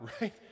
right